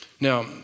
Now